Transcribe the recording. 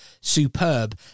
superb